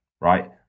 right